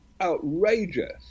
outrageous